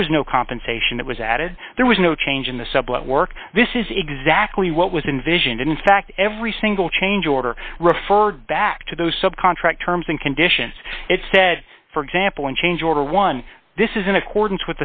there was no compensation that was added there was no change in the sublet work this is exactly what was in vision in fact every single change order referred back to those subcontract terms and conditions it said for example in change order one this is in accordance